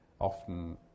often